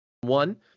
one